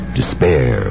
despair